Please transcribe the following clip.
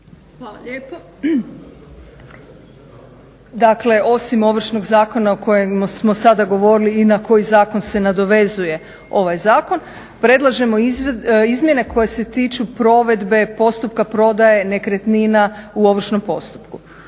Hvala lijepo. Dakle, osim Ovršnog zakona o kojemu smo sada govorili i na koji zakon se nadovezuje ovaj zakon predlažemo izmjene koje se tiču provedbe postupka prodaje nekretnina u ovršnom postupku.